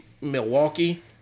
Milwaukee